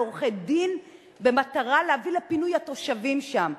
עורכי-דין במטרה להביא לפינוי התושבים שם.